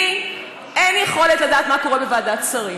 לי אין יכולת לדעת מה קורה בוועדת שרים.